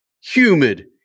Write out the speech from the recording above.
humid